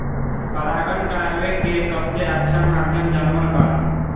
परागण करावेके सबसे अच्छा माध्यम जानवर बाड़न